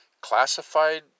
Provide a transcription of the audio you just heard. classified